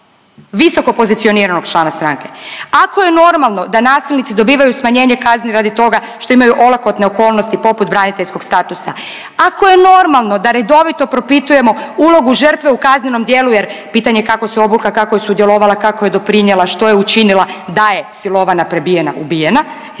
visokopozicioniranog člana stranke, ako je normalno da nasilnici dobivaju smanjenje kazni radi toga što imaju olakotne okolnosti poput braniteljskog statusa, ako je normalno da redovito propitujemo ulogu žrtve u kaznenom dijelu jer pitanje je kako se obukla, kako je sudjelovala, kako je doprinjela, što je učinila da je silovana, prebijena, ubijena